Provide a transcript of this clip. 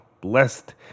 Blessed